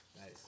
Nice